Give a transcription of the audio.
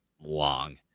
long